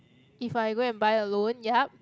if I go and buy alone yup